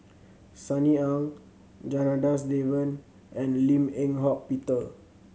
Sunny Ang Janadas Devan and Lim Eng Hock Peter